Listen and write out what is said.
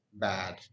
bad